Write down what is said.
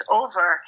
over